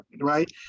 right